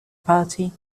party